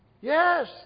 Yes